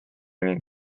ning